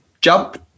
jump